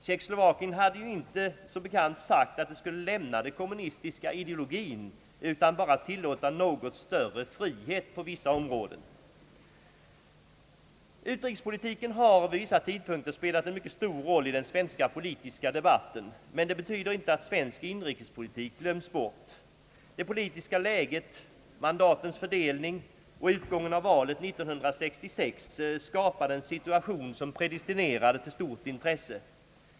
Tjeckoslovakien hade som bekant inte sagt att det skulle lämna den kommunistiska ideologin utan bara tillåta något större frihet på vissa områden. Utrikespolitiken har vid vissa tidpunkter spelat en mycket stor roll i den svenska politiska debatten, men det betyder inte att svensk inrikespolitik glömts bort. Det politiska läget, mandatens fördelning och utgången av valet 1966 skapade en situation som predestinerade till stort intresse.